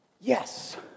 Yes